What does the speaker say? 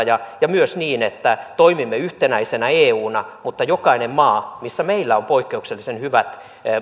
ja ja myös niin että toimimme yhtenäisenä euna mutta jokainen maa jolla on poikkeuksellisen hyvät